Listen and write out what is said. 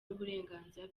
n’uburenganzira